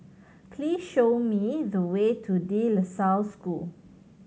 please show me the way to De La Salle School